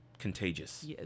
contagious